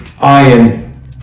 iron